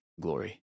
glory